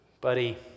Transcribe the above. buddy